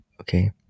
okay